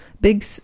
Big